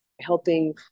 helping